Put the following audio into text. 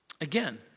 Again